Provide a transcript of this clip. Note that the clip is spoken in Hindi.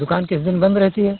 दुकान किस दिन बंद रहती है